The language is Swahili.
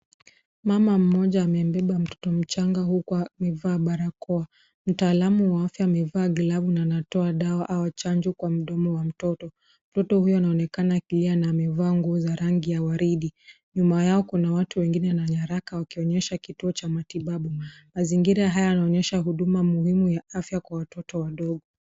Mama mmoja amebeba mtoto mchanga huku amevaa barakoa. Mtaalam wa afya amevaa glavu na anatoa dawa au chanjo kwa mdomo wa mtoto. Mtoto huyo anaonekana akilia na amevaa nguo za rangi ya waridi. Nyuma yao kuna watu wengine na nyaraka wakionyesha kituo cha matibabu. Mazingira haya yanaonyesha huduma muhimu ya afya kwa watoto watoto.